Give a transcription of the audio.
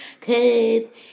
cause